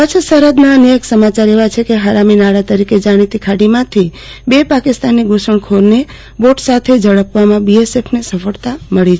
કચ્છ સરહદના અન્ય એક સમાચાર એવા છે કે હરામીનાળા તરીકે જાણીતી ખાડીમાંથી બે પાકિસ્તાની ઘુસણખોરને બોટ સાથે ઝડપવામાં બીએસએફને સફળતા મળી છે